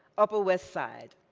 upper west side.